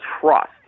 trust